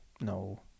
No